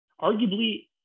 Arguably